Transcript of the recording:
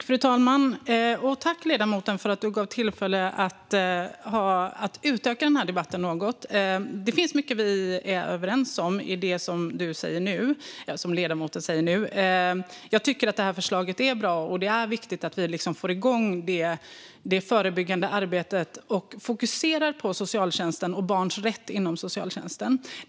Fru talman! Jag tackar ledamoten för tillfället att utöka debatten något. Det finns mycket som vi är överens om i det som ledamoten säger nu. Jag tycker att förslaget är bra, och det är viktigt att vi får igång det förebyggande arbetet och fokuserar på socialtjänsten och barns rätt inom socialtjänsten.